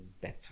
better